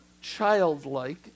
childlike